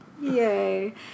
Yay